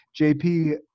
JP